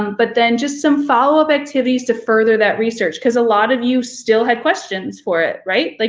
but then just some follow up activities to further that research. cause a lot of you still had questions for it, right? like